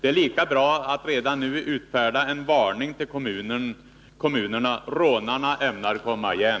Det är lika bra att redan nu utfärda en varning till kommunerna: Rånarna ämnar komma igen.